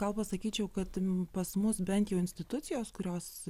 gal pasakyčiau kad pas mus bent jau institucijos kurios